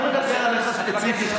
אני לא מדבר עליך ספציפית,